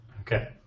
Okay